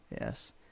yes